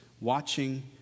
watching